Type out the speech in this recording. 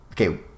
Okay